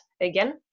again